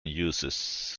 uses